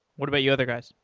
what about you other guys?